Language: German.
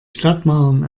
stadtmauern